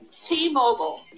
t-mobile